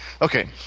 Okay